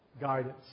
guidance